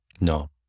No